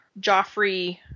Joffrey